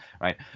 Right